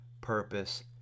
purpose